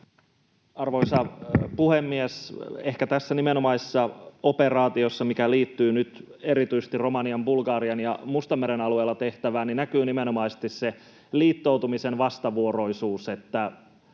Arvoisa puhemies! Ehkä tässä nimenomaisessa operaatiossa, mikä liittyy nyt erityisesti Romanian, Bulgarian ja Mustanmeren alueella tehtävään, näkyy nimenomaisesti se liittoutumisen vastavuoroisuus,